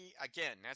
again